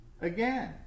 Again